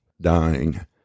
dying